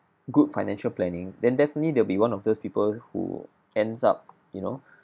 good financial planning then definitely there will be one of those people who ends up you know